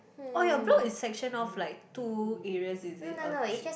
oh your block is session off like two areas is it or three